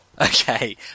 Okay